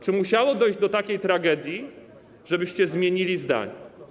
Czy musiało dojść do takiej tragedii, żebyście zmienili zdanie?